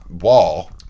wall